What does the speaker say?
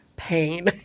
pain